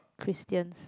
Christians